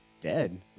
dead